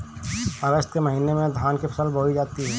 अगस्त के महीने में धान की फसल बोई जाती हैं